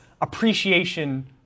appreciation